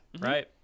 Right